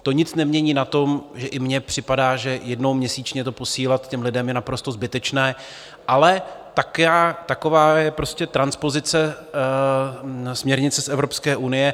To nic nemění na tom, že i mně připadá, že jednou měsíčně to posílat těm lidem je naprosto zbytečné, ale taková je prostě transpozice směrnice z Evropské unie.